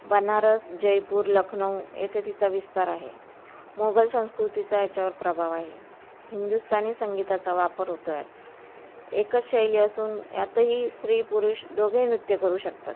बनारस जयपूर लखनऊ येथे तिचा विस्तार आहे मोगल संस्कृतीचा याच्यावर प्रभाव आहे हिंदुस्तानी संगीताचा वापर होतो यात एकच शैली असून यातही स्त्री पुरुष दोघे नृत्य करू शकतात